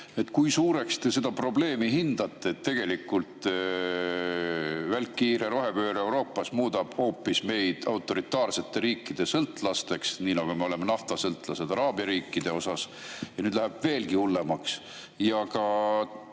Kui suureks te seda probleemi hindate? Tegelikult muudab välkkiire rohepööre Euroopas meid hoopis autoritaarsete riikide sõltlasteks nii nagu me oleme naftasõltlased araabia riikide suhtes. Ja nüüd läheb veelgi hullemaks. Kas